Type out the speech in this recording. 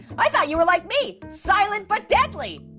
i thought you were like me silent but deadly.